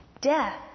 Death